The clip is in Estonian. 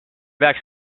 peaks